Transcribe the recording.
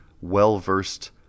well-versed